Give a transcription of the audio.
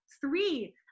three